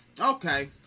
okay